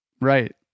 right